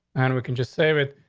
and we can just save it.